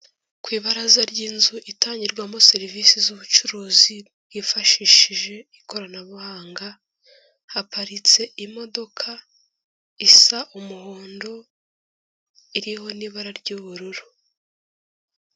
Ku ibaraza ry'inzu itangirwamo serivisi z'ubucuruzi bwifashishije ikoranabuhanga haparitse imodoka isa umuhondo iriho n'ibara ry'ubururu.